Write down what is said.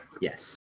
Yes